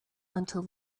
until